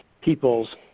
peoples